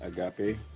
Agape